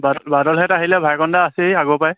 বাদল বাদলহেঁত আহিলে ভাইকণ দা আছেই আগৰপৰাই